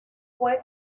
fue